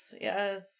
Yes